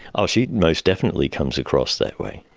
ah she most definitely comes across that way,